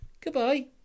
Goodbye